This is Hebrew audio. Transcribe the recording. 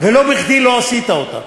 ולא בכדי לא עשית אותן.